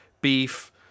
beef